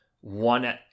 one